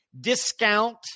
discount